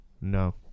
no